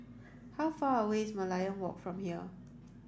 how far away is Merlion Walk from here